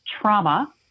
trauma